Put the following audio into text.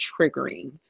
triggering